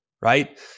right